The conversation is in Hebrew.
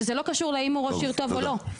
שזה לא קשור לאם הוא ראש עיר טוב או לא.